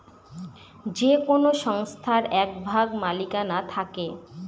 যে কোনো সংস্থার এক ভাগ মালিকানা থাকে